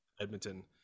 Edmonton